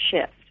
shift